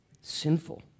sinful